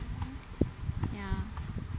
ya